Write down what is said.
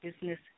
business